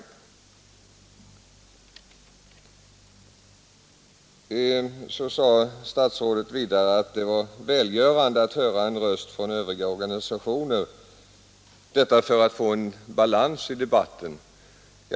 Statsrådet sade vidare att det var välgörande att höra en röst från gruppen Övriga organisationer för att få balans i debatten.